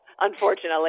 unfortunately